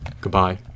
Goodbye